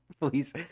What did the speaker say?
Please